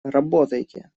работайте